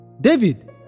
David